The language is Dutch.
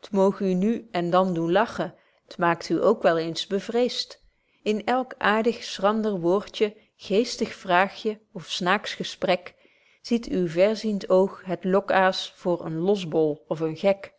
t moog u nu en dan doen lachen t maakt u ook wel eens bevreest in elk aartig schrander woordje geestig vraagje of snaaks gesprek ziet uw verziend oog het lokaas voor een losbol of een gek